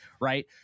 Right